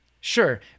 Sure